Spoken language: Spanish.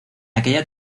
aquella